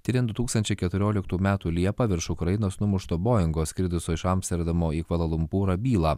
tiriant du tūkstančiai keturioliktų metų liepą virš ukrainos numušto boingo skridusio iš amsterdamo į kvala lumpūrą bylą